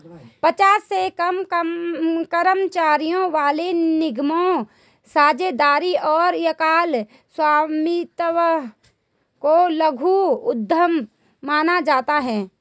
पचास से कम कर्मचारियों वाले निगमों, साझेदारी और एकल स्वामित्व को लघु उद्यम माना जाता है